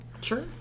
Sure